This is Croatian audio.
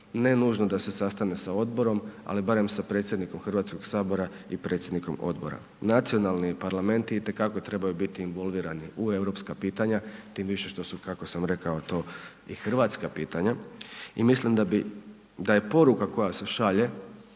HS, ne nužno da se sastane sa odborom, ali barem sa predsjednikom HS i predsjednikom odbora. Nacionalni parlametni itekako trebaju biti involvirani u europska pitanja, tim više što su kako sam rekao to i hrvatska pitanja. I mislim da je poruka koja se šalje